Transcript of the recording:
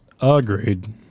Agreed